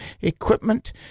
equipment